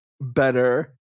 better